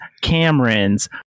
Cameron's